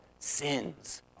Sins